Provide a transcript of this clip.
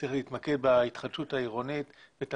וצריך להתמקד בהתחדשות העירונית ולמצוא